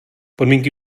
podmínky